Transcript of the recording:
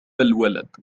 الولد